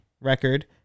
record